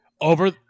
over